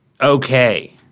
okay